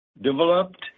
developed